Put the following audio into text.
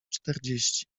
czterdzieści